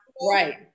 Right